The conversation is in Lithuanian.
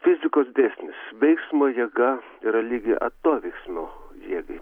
fizikos dėsnis veiksmo jėga yra lygi atoveiksmio jėgai